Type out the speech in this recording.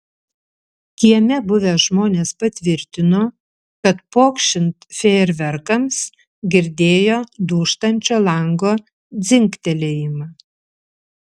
kieme buvę žmonės patvirtino kad pokšint fejerverkams girdėjo dūžtančio lango dzingtelėjimą